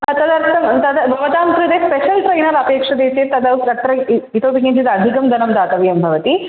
हा तदर्थं तद् भवतां कृते स्पेशल् ट्रैनर् अपेक्षते चेत् तद् तत्र इतोपि किञ्चित् अधिकं धनं दातव्यं भवति